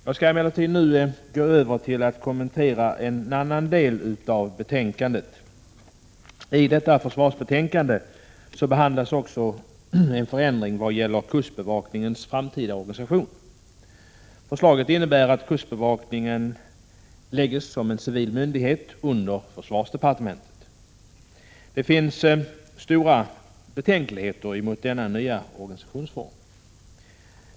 Jag skall emellertid nu gå över till att kommentera en annan del av betänkandet. I detta försvarsbetänkande behandlas också en förändring av kustbevakningens framtida organisation. Förslaget innebär att kustbevakningen läggs som en civil myndighet under försvarsdepartementet. Det finns stora betänkligheter gentemot denna nya organisationsform.